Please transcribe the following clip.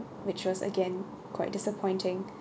which was again quite disappointing